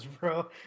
bro